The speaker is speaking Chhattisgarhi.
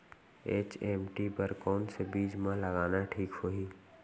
एच.एम.टी बर कौन से बीज मा लगाना ठीक होही?